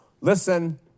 listen